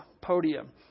podium